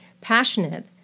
passionate